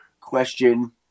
question